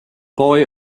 boy